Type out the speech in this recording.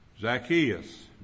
Zacchaeus